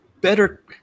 better